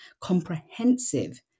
comprehensive